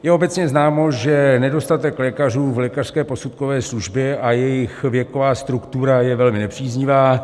Je obecně známo, že nedostatek lékařů v lékařské posudkové službě a jejich věková struktura je velmi nepříznivá.